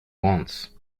wants